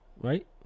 right